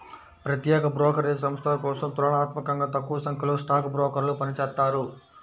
ప్రత్యేక బ్రోకరేజ్ సంస్థల కోసం తులనాత్మకంగా తక్కువసంఖ్యలో స్టాక్ బ్రోకర్లు పనిచేత్తారు